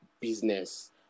business